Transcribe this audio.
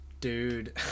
dude